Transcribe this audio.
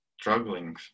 struggling